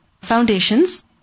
foundations